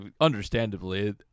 understandably